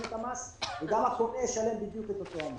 את המס וגם הקונה ישלם בדיוק את אותו המס.